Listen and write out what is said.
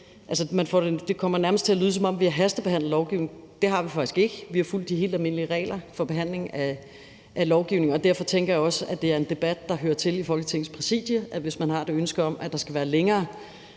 det nærmest kommer til at lyde, som om vi her hastebehandlet lovgivningen. Det har vi faktisk ikke. Vi har fulgt de helt almindelige regler for behandling af lovgivning, og derfor tænker jeg også, at det er en debat, der hører til i Folketingets Præsidium, hvis man har et ønske om, at der skal være længere